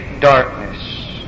darkness